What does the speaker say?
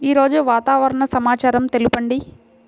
ఈరోజు వాతావరణ సమాచారం తెలుపండి